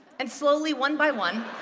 and slowly one by one.